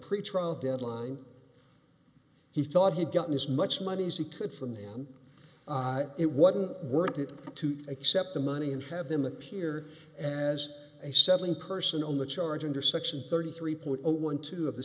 pretrial deadline he thought he'd gotten as much money as he could from there and it wasn't worth it to accept the money and have them appear as a seven person on the charge under section thirty three point zero one two of the